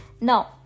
Now